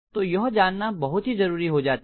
तो यह जानना बहुत ही ही जरूरी हो जाता है